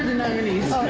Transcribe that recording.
nominees